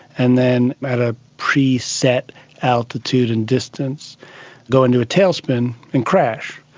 and then at a preset altitude and distance go into a tailspin and crash.